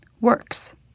works